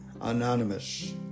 Anonymous